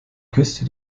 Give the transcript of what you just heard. küste